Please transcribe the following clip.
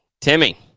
Timmy